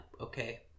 okay